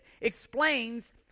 explains